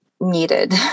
needed